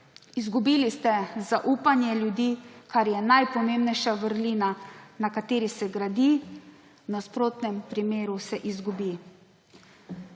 Izgubili ste zaupanje ljudi, kar je najpomembnejša vrlina, na kateri se gradi, v nasprotnem primeru se izgubi.